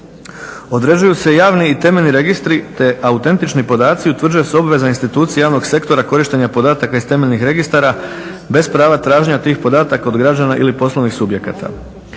Određuju se javni i temeljni registri te autentični podaci, utvrđuje se obveza institucije javnog sektora korištenja podataka iz temeljnih registara bez prava traženja tih podataka od građana ili poslovnih subjekata.